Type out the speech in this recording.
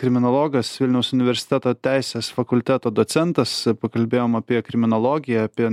kriminologas vilniaus universiteto teisės fakulteto docentas pakalbėjom apie kriminologiją apie